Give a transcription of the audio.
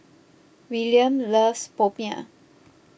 Willian loves Popiah